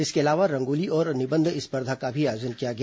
इसके अलावा रंगोली और निबंध स्पर्धा का भी आयोजन किया गया